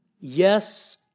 Yes